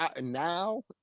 Now